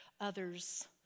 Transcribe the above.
others